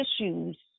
issues